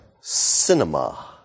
cinema